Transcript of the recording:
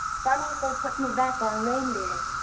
funny if they put me back on reindeers.